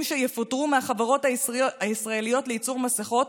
שיפוטרו מהחברות הישראליות לייצור מסכות,